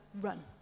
run